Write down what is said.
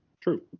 True